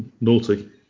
naughty